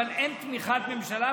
אבל אין תמיכה של הממשלה.